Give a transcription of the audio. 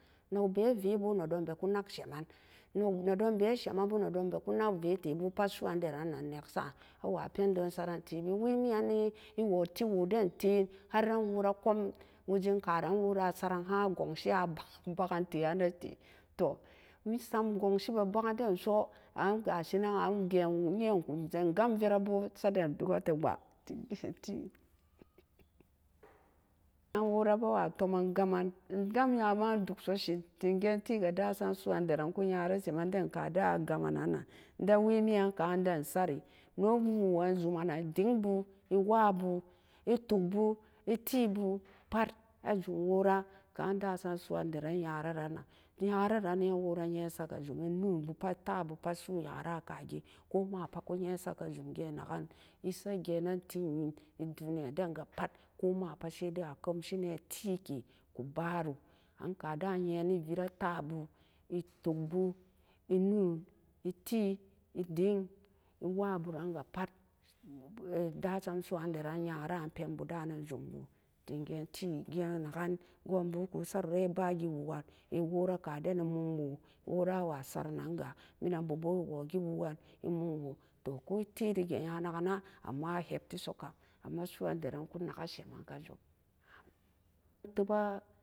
Nok bee a vee bu nedon bee ku nak semen, nok bee e vee boo nee don bee ku nak ka semen, pat su'uan daran ma tee neksen a wa pendon saran tee bee wee mii'an nee e woo tit woo den teen ar e woo raa a saren e gonsi baken tee an nee tee e sam gonsi bee bakin den soo an gashi nan an e gan feraa boo gonsi den baak a tee gah wora bee wa tomee gam- mea e gam yaa boo e dog so seen su'uandaran ku nya semen den ka den a tomen gaa mennan nan-nan e daa wemean ka den sari e noo wu'u woo jum man e wa'a bu e dengboo e wabu e tok boo e tii boo pat e jum wori kan dasam su'andaran nyararan nan-nan nyararan e wora yee sat kee jum e no'o bu pat e ta'a bu pat su'u nyara ka ga'an ko ma pat ku yeen sat- kee jum gee naken e sat ga'an e no tee mum e doniya den ga pat ko ma pat sai dai a keuse ne dee kee ku baru a ka dan e yee'an e vera ta'a bu e tok bu e no'o bu e tii e diing e waa bu pee pat dasam su'uandaran nyara pen boo dan nee jum dem ga'an tee gan naken kun bu kun saro an e ba gee woo keen e wora e mum woo ka den woo toh e tee jee nya naken naa amma a yep tee so kam amona su'uan daran ku na ka semen ka jum amin tuba